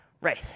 Right